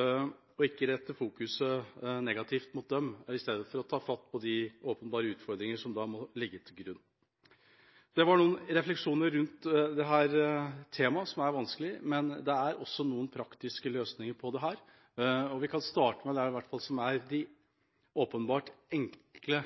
og ikke retter fokuset negativt mot dem istedenfor å ta fatt på de åpenbare utfordringer som må ligge til grunn. Det var noen refleksjoner rundt dette temaet, som er vanskelig, men det er også noen praktiske løsninger på dette. Vi kan i hvert fall starte med det som er de åpenbart enkle